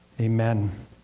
amen